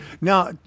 Now